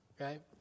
right